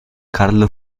carlo